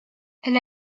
elle